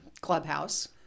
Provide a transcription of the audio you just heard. Clubhouse